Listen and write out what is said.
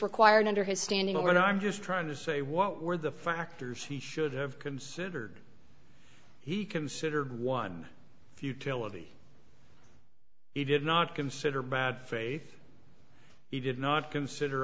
required under his standing order i'm just trying to say what were the factors he should have considered he considered one futility he did not consider bad faith he did not consider